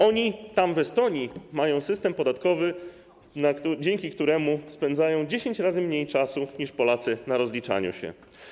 Oni tam w Estonii mają system podatkowy, dzięki któremu spędzają 10 razy mniej czasu niż Polacy na rozliczaniu się.